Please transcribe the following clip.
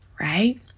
right